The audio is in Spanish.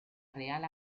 real